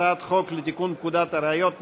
הצעת חוק לתיקון פקודת הראיות (מס'